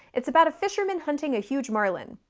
it's about a fisherman hunting a huge marlin.